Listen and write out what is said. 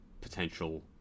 potential